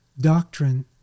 doctrine